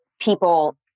people